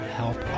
help